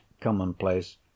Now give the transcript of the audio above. commonplace